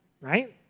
right